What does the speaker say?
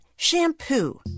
Shampoo